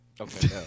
Okay